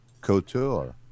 Couture